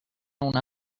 own